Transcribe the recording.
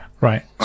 Right